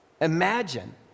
imagine